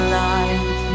light